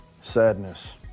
Sadness